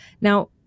Now